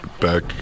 back